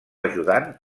ajudant